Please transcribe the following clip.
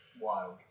wild